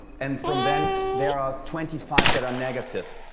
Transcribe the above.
and from then, there are twenty five that are negative.